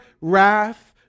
wrath